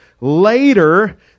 later